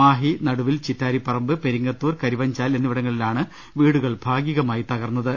Mahe Naduvil Chittariparamba Peringathur Karivanchal എന്നിവിടങ്ങളിലാണ് വീടുകൾ ഭാഗികമായി തകർന്നത്